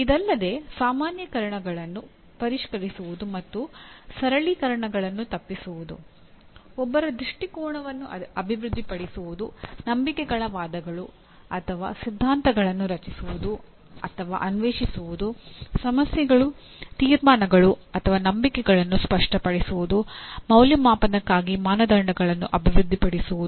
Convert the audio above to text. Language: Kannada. ಇದಲ್ಲದೆ ಸಾಮಾನ್ಯೀಕರಣಗಳನ್ನು ಪರಿಷ್ಕರಿಸುವುದು ಮತ್ತು ಸರಳೀಕರಣಗಳನ್ನು ತಪ್ಪಿಸುವುದು ಒಬ್ಬರ ದೃಷ್ಟಿಕೋನವನ್ನು ಅಭಿವೃದ್ಧಿಪಡಿಸುವುದು ನಂಬಿಕೆಗಳ ವಾದಗಳು ಅಥವಾ ಸಿದ್ಧಾಂತಗಳನ್ನು ರಚಿಸುವುದು ಅಥವಾ ಅನ್ವೇಷಿಸುವುದು ಸಮಸ್ಯೆಗಳು ತೀರ್ಮಾನಗಳು ಅಥವಾ ನಂಬಿಕೆಗಳನ್ನು ಸ್ಪಷ್ಟಪಡಿಸುವುದು ಮೌಲ್ಯಮಾಪನಕ್ಕಾಗಿ ಮಾನದಂಡಗಳನ್ನು ಅಭಿವೃದ್ಧಿಪಡಿಸುವುದು